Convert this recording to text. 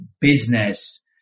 business